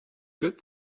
good